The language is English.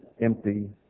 empty